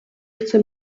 chce